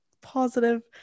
positive